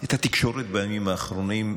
את התקשורת בימים האחרונים,